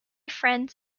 friends